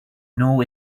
know